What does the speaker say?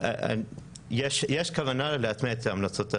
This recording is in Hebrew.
יש כוונה להטמיע את המלצות הוועדה.